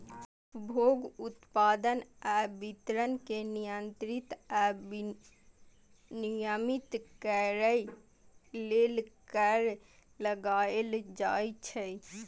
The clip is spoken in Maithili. उपभोग, उत्पादन आ वितरण कें नियंत्रित आ विनियमित करै लेल कर लगाएल जाइ छै